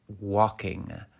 walking